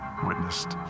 witnessed